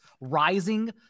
rising